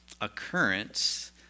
occurrence